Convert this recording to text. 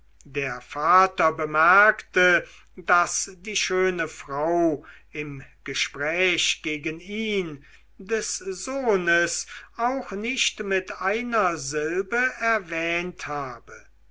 der vater bemerkte daß die schöne frau im gespräch gegen ihn des sohnes auch nicht mit einer silbe erwähnt habe